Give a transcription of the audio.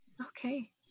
Okay